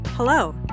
Hello